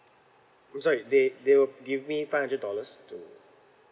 I'm sorry they they will give me five hundred dollars to